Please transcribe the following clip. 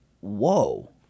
Whoa